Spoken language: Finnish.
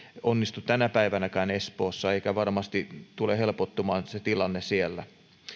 onnistu tänä päivänäkään espoossa eikä varmasti tule helpottumaan se tilanne siellä